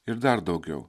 ir dar daugiau